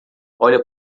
olha